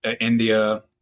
India